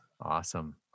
Awesome